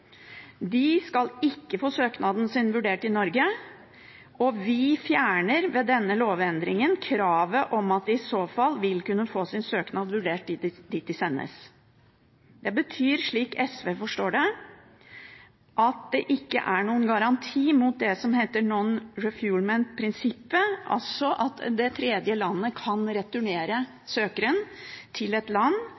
De skal ikke få søknaden sin vurdert i Norge, og vi fjerner ved denne lovendringen kravet om at de vil kunne få sin søknad vurdert der de sendes. Det betyr, slik SV forstår det, at det ikke er noen garanti for «non refoulement»-prinsippet, at tredjeland ikke kan returnere søkeren til et land